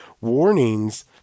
warnings